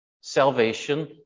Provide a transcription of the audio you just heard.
salvation